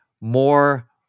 more